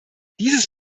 dieses